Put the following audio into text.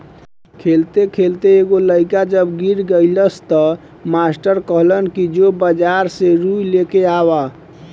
खेलते खेलते एगो लइका जब गिर गइलस त मास्टर कहलन कि जो बाजार से रुई लेके आवा